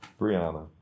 Brianna